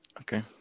Okay